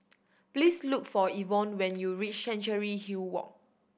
please look for Yvonne when you reach Chancery Hill Walk